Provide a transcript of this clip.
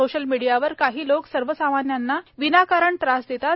social मीडियावर काही लोक सर्वसामान्यांना विनाकारण त्रास देतात